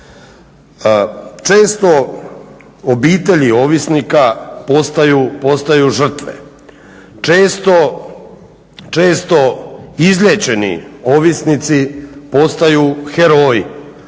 Često obitelji ovisnika postaju žrtve, često izliječeni ovisnici postaju heroji.